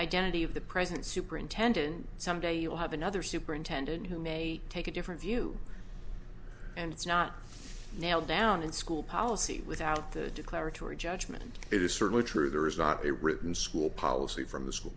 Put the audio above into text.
identity of the present superintendent someday you'll have another superintendent who may take a different view and it's not nailed down in school policy without the declaratory judgment it is certainly true there is not a written school policy from the school